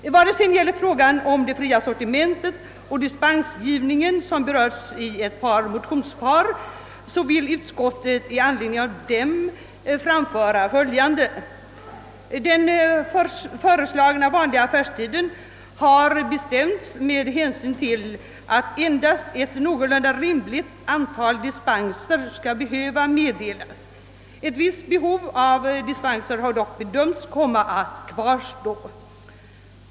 Spörsmålet om det fria sortimentet och dispensgivningen berörs i några motionspar. Utskottet vill i anledning härav anföra följande. Den föreslagna vanliga affärstiden har bestämts med hänsyn till att endast ett någorlunda rimligt antal dispenser skall behöva meddelas, Ett visst behov av dispenser har dock bedömts komma att kvarstå.